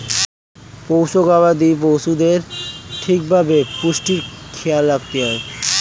পোষ্য গবাদি পশুদের ঠিক ভাবে পুষ্টির খেয়াল রাখতে হয়